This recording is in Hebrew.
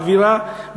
האווירה,